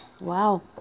Wow